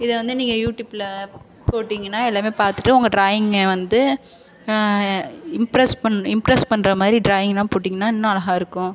இதை வந்து நீங்கள் யூடியூபில் போட்டீ ங்கன்னா எல்லாமே பார்த்துட்டு உங்கள் ட்ராயிங்கை வந்து இம்ப்ரெஸ் பண் இம்ப்ரெஸ் பண்ணுற மாதிரி ட்ராயிங்கெலாம் போட்டீங்கன்னா இன்னும் அழகாக இருக்கும்